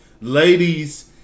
Ladies